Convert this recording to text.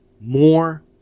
more